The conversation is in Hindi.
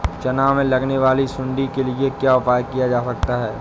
चना में लगने वाली सुंडी के लिए क्या उपाय किया जा सकता है?